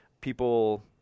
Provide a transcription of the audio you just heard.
people